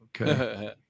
Okay